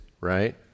right